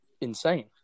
insane